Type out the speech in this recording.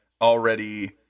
already